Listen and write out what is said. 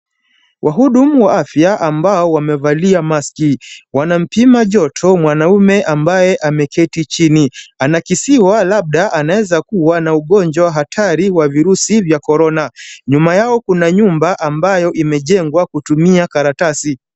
Wahudumu wa afya ambao wamevalia maski wanampima joto mwanaume ambaye ameketi chini. Anakisiwa labda anaweza kuwa na ugonjwa hatari wa virusi vya corona . Nyuma yao kuna nyuma ambayo imejengwa kutumia karatasi.